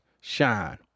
Shine